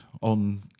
on